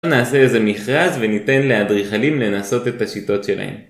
נעשה איזה מכרז וניתן לאדריכלים לנסות את השיטות שלהם